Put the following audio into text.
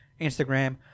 instagram